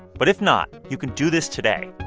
but if not, you can do this today